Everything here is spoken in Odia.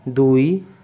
ଦୁଇ